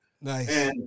Nice